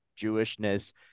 Jewishness